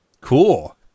Cool